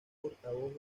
portavoz